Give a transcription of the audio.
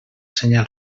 senyal